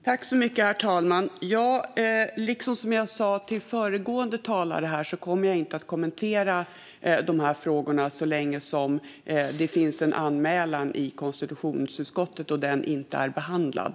Herr talman! Liksom jag sa till den tidigare frågeställaren kommer jag inte att kommentera de här frågorna så länge det finns en anmälan i konstitutionsutskottet som inte är behandlad.